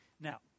Now